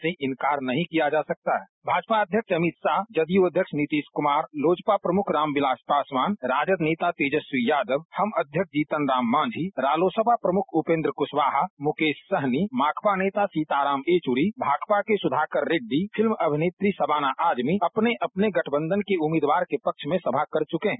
इसबार त्रिकोणात्मक लड़ाई की संभावना से इंकार नहीं किया जा सकता भाजपा अध्यक्ष अमित शाहजदयू अध्यक्ष नीतीश कुमारलोजपा प्रमुख रामबिलास पासवानराजद नेता तेजस्वी यादवहम अध्यक्ष जीतनराम मांझीरालोसपा प्रमुख उपेन्द्र क्शवाहामुकेश सहनी माकपा नेता सीताराम येचुरीभाकपा के सुधाकर रेड्डी फिल्म अभिनेत्री शबाना आजमी इत्यादि अपने अपने गठबंधन के उम्मीदवार के पक्ष में सभा कर चुके हैं